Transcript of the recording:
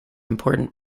important